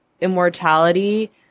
immortality